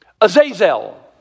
Azazel